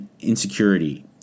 insecurity